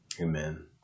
Amen